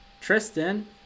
tristan